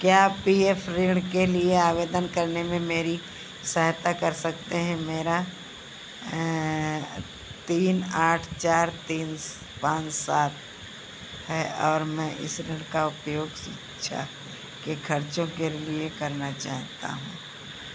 क्या आप P F ऋण के लिए आवेदन करने में मेरी सहायता कर सकते हैं मेरा तीन आठ चार तीन पाँच सात है और मैं इस ऋण का उपयोग शिक्षा के खर्चों के लिए करना चाहता हूं